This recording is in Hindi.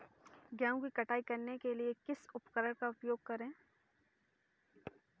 गेहूँ की कटाई करने के लिए किस उपकरण का उपयोग करें?